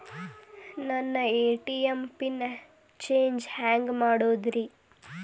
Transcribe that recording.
ನನ್ನ ATM pin change ಹೆಂಗ್ ಮಾಡೋದ್ರಿ?